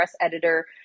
editor